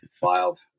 Filed